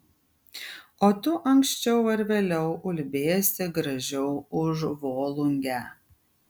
o tu anksčiau ar vėliau ulbėsi gražiau už volungę